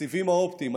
הסיבים האופטיים,